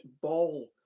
ball